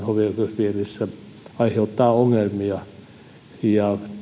hovioikeuspiirissä aiheuttavat ongelmia ja